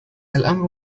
الأمر